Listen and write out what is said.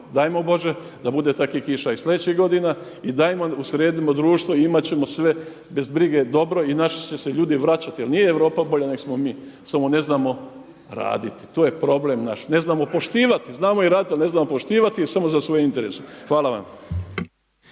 dajmo Bože da bude takvih kiša i sljedećih godina i dajmo sredimo društvo i imati ćemo sve bez brige dobro i naši će se ljudi vraćati. Jer nije Europa bolja nego smo mi samo ne znamo raditi. To je problem naš. Ne znamo poštivati, znamo i raditi ali ne znamo poštivati i samo za svoje interese. Hvala vam.